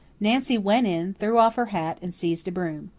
nancy went in, threw off her hat, and seized a broom.